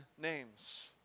names